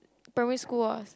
primary school